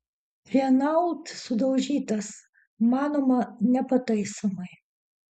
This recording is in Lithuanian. renault sudaužytas manoma nepataisomai